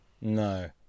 No